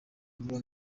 ibiro